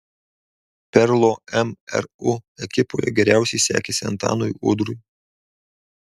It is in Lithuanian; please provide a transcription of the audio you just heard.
perlo mru ekipoje geriausiai sekėsi antanui udrui